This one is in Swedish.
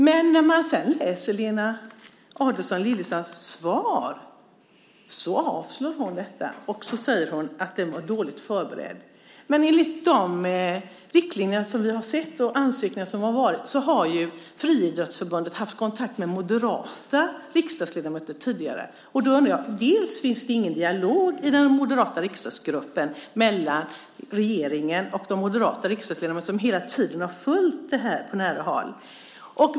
Men när man sedan läser i Lena Adelsohn Liljeroths svar ser man att hon avslår detta. Hon säger att ansökan var dåligt förberedd. Enligt de riktlinjer som vi har sett och de ansökningar som har kommit har Friidrottsförbundet haft kontakt med moderata riksdagsledamöter tidigare. Då undrar jag: Finns det ingen dialog i den moderata riksdagsgruppen mellan regeringen och de moderata ledamöterna, som hela tiden har följt det här på nära håll?